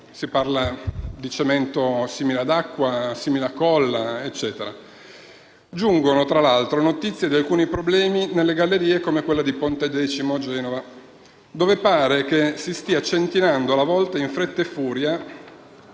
si parla di cemento simile ad acqua, simile a colla, eccetera. Giungono, tra l'altro, notizie di alcuni problemi nelle gallerie come in quella di Pontedecimo, a Genova, dove pare che si stia centinando la volta in fretta e furia